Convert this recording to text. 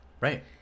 Right